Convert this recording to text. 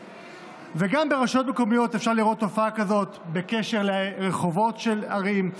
וגם ברשויות מקומיות אפשר לראות תופעה כזאת בקשר לרחובות של ערים.